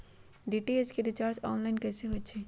DTH के recharge online कैसे होईछई?